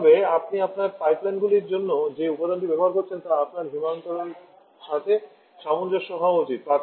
একইভাবে আপনি আপনার পাইপলাইনের জন্য যে উপাদানটি ব্যবহার করছেন তা আপনার হিমায়নকারের সাথে সামঞ্জস্য হওয়া উচিত